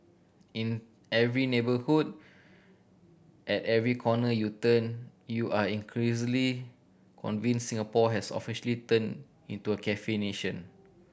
in every neighbourhood at every corner you turn you are increasingly convinced Singapore has officially turned into a cafe nation